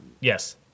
Yes